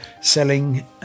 selling